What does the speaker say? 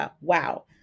wow